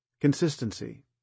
consistency